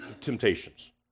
temptations